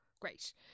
great